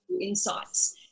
insights